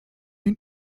den